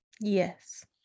Yes